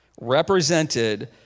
represented